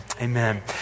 amen